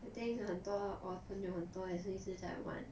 I think 有很多我朋友很多也是一直在玩